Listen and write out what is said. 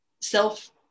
self